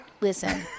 listen